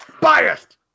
Biased